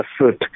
afoot